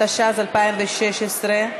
התשע"ז 2016,